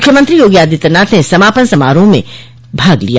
मुख्यमंत्री योगी आदित्यनाथ ने समापन समारोह में भाग लिया